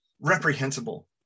reprehensible